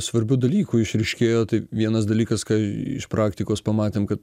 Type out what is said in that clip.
svarbių dalykų išryškėjo tai vienas dalykas ką iš praktikos pamatėm kad